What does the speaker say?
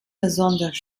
besonders